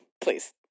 please